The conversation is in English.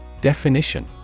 Definition